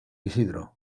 isidro